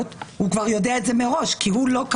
הוא כבר יודע את זה מראש שהוא לא נמצא במקום מגוריו כי הוא